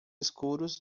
escuros